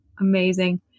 Amazing